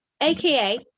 aka